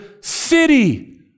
city